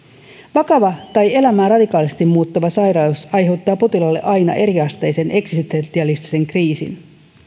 vakava tai elämää radikaalisti muuttava sairaus aiheuttaa potilaalle aina eriasteisen eksistentialistisen kriisin